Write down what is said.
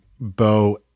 Bo